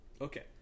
Okay